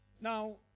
Now